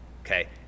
okay